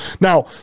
now